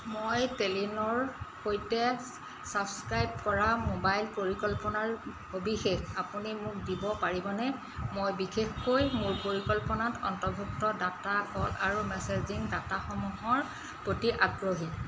মই টেলিনৰ সৈতে চাবস্ক্ৰাইব কৰা মোবাইল পৰিকল্পনাৰ সবিশেষ আপুনি মোক দিব পাৰিবনে মই বিশেষকৈ মোৰ পৰিকল্পনাত অন্তৰ্ভুক্ত ডাটা কল আৰু মেচেজিং ডাটাসমূহৰ প্ৰতি আগ্ৰহী